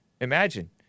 imagine